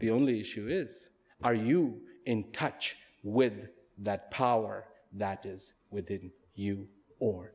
the only issue is are you in touch with that power that is within you or